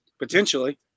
potentially